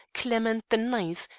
clement the ninth,